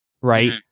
right